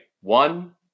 one